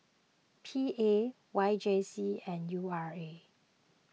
P A Y J C and U R A